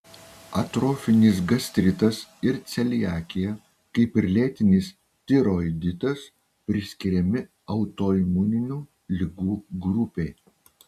atrofinis gastritas ir celiakija kaip ir lėtinis tiroiditas priskiriami autoimuninių ligų grupei